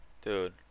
Dude